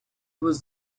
was